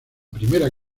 primera